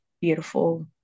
beautiful